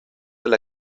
alla